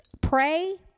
Pray